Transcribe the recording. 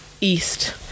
east